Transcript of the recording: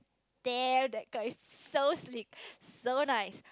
there that car is so sleek so nice